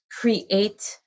create